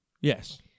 Yes